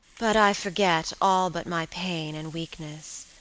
but i forget all but my pain and weakness,